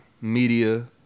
media